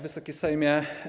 Wysoki Sejmie!